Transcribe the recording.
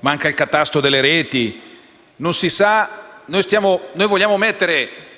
manca il catasto delle reti. Noi vogliamo mettere